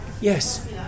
yes